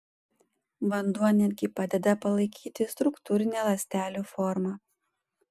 vanduo net gi padeda palaikyti struktūrinę ląstelių formą